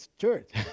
church